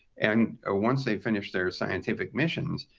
and ah once they finish their scientific missions,